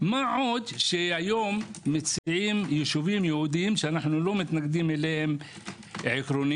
מה עוד שהיום ישובים יהודים שאנו לא מתנגדים אליהם עקרונית,